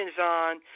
on